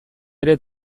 ere